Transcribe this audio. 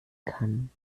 kann